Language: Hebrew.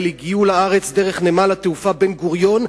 הגיעו לארץ דרך נמל התעופה בן-גוריון,